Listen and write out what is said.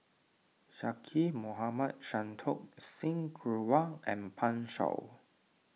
Zaqy Mohamad Santokh Singh Grewal and Pan Shou